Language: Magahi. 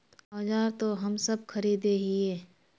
औजार तो हम सब खरीदे हीये?